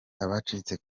abacitse